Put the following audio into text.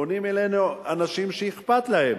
פונים אלינו אנשים שאכפת להם